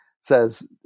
says